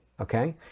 okay